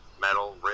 metal